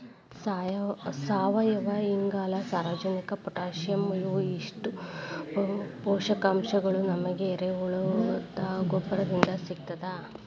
ಸಾವಯುವಇಂಗಾಲ, ಸಾರಜನಕ ಪೊಟ್ಯಾಸಿಯಂ ಇವು ಇಷ್ಟು ಪೋಷಕಾಂಶಗಳು ನಮಗ ಎರೆಹುಳದ ಗೊಬ್ಬರದಿಂದ ಸಿಗ್ತದ